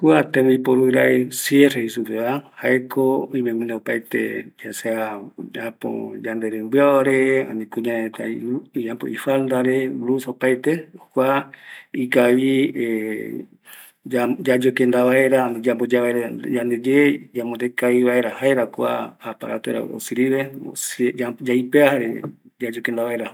Kua tembiporurai, sierre jei supeva, jaeko oime guinoi opaete, yanderɨmbiao, ani kuñareta ifaldare, blusa, opaete kua ikavi yayokenda vaera, yamboya vaera yandeyee, jaera kua osirive, yaipea, jare yayokenda vaera